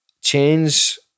change